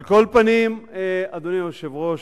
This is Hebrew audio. על כל פנים, אדוני היושב-ראש,